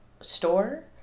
store